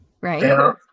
Right